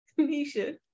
Nisha